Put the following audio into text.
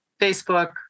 Facebook